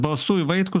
balsų į vaitkų